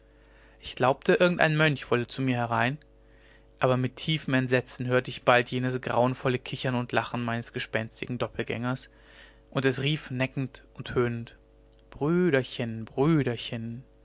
ich glaubte irgendein mönch wolle zu mir herein aber mit tiefem entsetzen hörte ich bald jenes grauenvolle kichern und lachen meines gespenstischen doppeltgängers und es rief neckend und höhnend brüderchen brüderchen